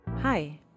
Hi